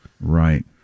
Right